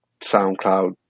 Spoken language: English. soundcloud